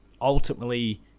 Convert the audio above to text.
ultimately